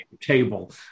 table